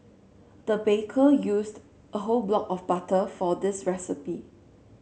the baker used a whole block of butter for this recipe